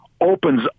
opens